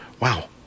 Wow